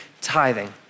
tithing